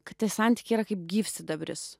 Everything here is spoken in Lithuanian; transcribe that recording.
kad tie santykiai yra kaip gyvsidabris